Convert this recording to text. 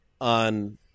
on